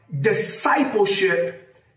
Discipleship